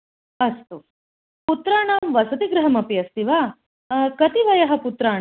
अस्तु पुत्राणां वसति गृहम् अपि अस्ति वा कति वय पुत्राणाम्